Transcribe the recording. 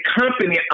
company